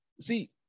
see